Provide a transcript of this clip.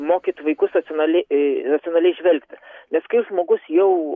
mokyt vaikus racionali ee racionaliai žvelgti nes kai žmogus jau